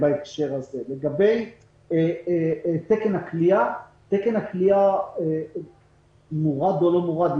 לגבי תקן הכליאה תקן הכליאה יורד או לא יורד,